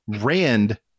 Rand